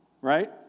Right